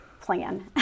plan